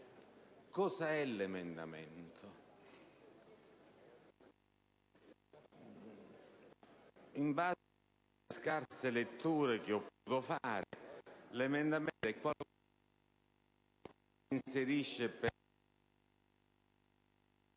cos'è l'emendamento. In base alle scarse letture che ho potuto fare, l'emendamento è qualcosa che si inserisce per